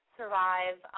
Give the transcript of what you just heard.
survive